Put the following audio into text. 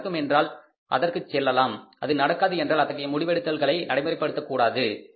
அது நடக்கும் என்றால் அதற்குச் செல்லலாம் அது நடக்காது என்றால் அத்தகைய முடிவெடுத்தல்களை நடைமுறைப்படுத்தக் கூடாது